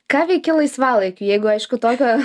ką veiki laisvalaikiu jeigu aišku tokio